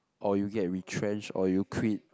or you get retrenched or you quit